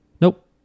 Nope